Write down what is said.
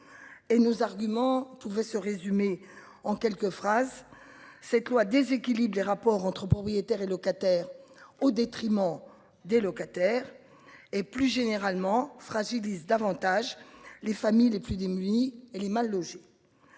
nos arguments pouvait se résumer en quelques phrases. Cette loi déséquilibre des rapports entre propriétaires et locataires au détriment des locataires et plus généralement fragilise davantage. Les familles les plus démunies et les mal logés.